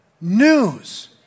news